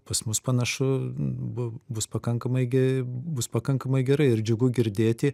pas mus panašu bu bus pakankamai gi bus pakankamai gerai ir džiugu girdėti